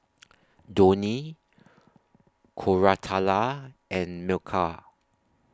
Dhoni Koratala and Milkha